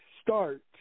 start